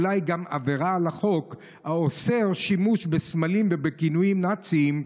אולי גם עבירה על החוק האוסר שימוש בסמלים ובכינויים נאציים,